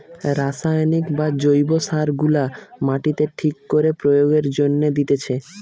রাসায়নিক বা জৈব সার গুলা মাটিতে ঠিক করে প্রয়োগের জন্যে দিতেছে